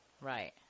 Right